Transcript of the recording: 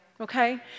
Okay